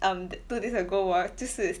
um two days ago 我就是